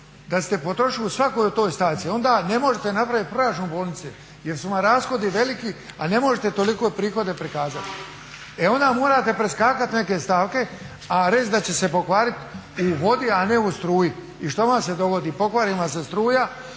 da ste potrošili u svakoj toj stavci onda ne možete napravit proračun bolnice jer su vam rashodi veliki, a ne možete toliko prihode prikazati. E onda morate preskakat neke stavke, a reći da će se pokvarit u vodi, a ne u struji. I što vam se dogodi, pokvari vam se struja,